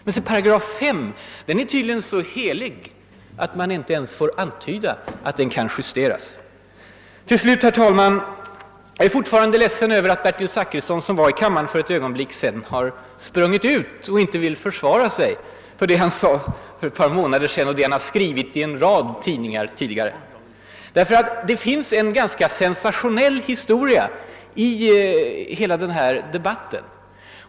Men 8 5 är tydligen så helig att man inte ens får antyda att den kan justeras. Jag är fortfarande ledsen över att herr Zachrisson som var i kammaren för ett ögonblick sedan har sprungit ut och inte vill försvara det han sade för ett par månader sedan och vad han har skrivit i en rad tidningar tidigare. Det finns ett sensationellt inslag i denna debatt.